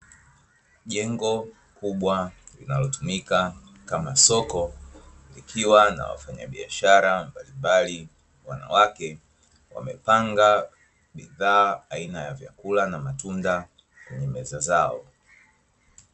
Jengo kubwa linalotumika kama soko likiwa na wafanya biashara mbalimbali wanawake, wamepanga bidhaa aina ya matunda na vyakula kwenye meza zao.